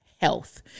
health